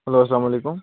hello اَسَلام علیکُم